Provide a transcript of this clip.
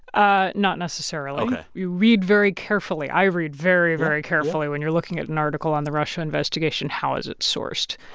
ah not necessarily ok you read very carefully. i read very, very carefully when you're looking at an article on the russia investigation. how is it sourced?